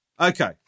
Okay